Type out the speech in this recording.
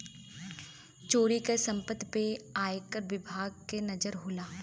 चोरी क सम्पति पे आयकर विभाग के नजर होला